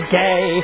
gay